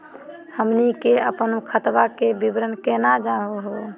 हमनी के अपन खतवा के विवरण केना जानहु हो?